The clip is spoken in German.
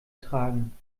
tragen